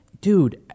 dude